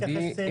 ידידי.